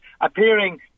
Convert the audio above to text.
appearing